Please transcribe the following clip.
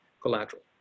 collateral